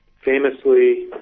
famously